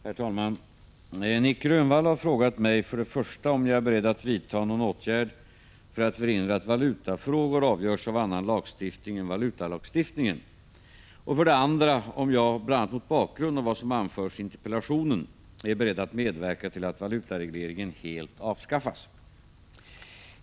Herr talman! Nic Grönvall har frågat mig 1. om jag är beredd att vidta någon åtgärd för att förhindra att valutafrågor avgörs av annan lagstiftning än valutalagstiftningen och 2. om jag, bl.a. mot bakgrund av vad som anförs i interpellationen, är beredd att medverka till att valutaregleringen helt avskaffas.